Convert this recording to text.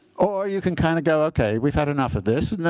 or you can kind of go, ok, we've had enough of this.